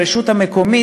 ברשות המקומית.